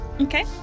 Okay